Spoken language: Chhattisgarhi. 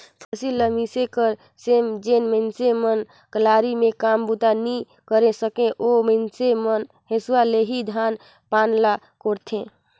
फसिल ल मिसे कर समे जेन मइनसे मन कलारी मे काम बूता नी करे सके, ओ मइनसे मन हेसुवा ले ही धान पान ल कोड़थे